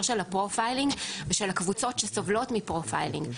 של הפרופיילינג ושל הקבוצות שסובלות מפרופיילינג.